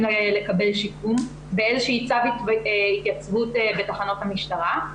לקבל שיקום באיזה שהוא צו התייצבות בתחנות המשטרה.